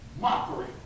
mockery